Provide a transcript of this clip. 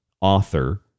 author